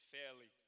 Fairly